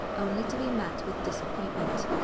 only to be met with disappointment.